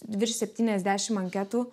virš septyniasdešimt anketų